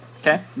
Okay